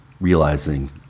realizing